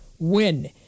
Win